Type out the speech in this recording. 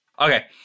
Okay